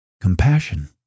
Compassion